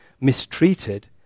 mistreated